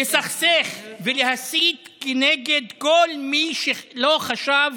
לסכסך ולהסית כנגד כל מי שלא חשב